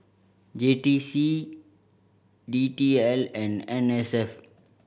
J T C D T L and N S F